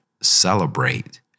celebrate